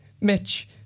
Mitch